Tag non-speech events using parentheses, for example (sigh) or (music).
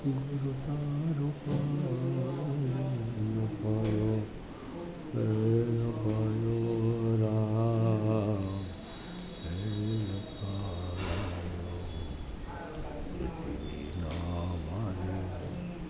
ગુરુ તારો પારણો રૂપારો (unintelligible) મને